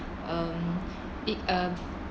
um it uh